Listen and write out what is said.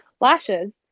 lashes